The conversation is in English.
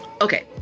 okay